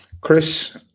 Chris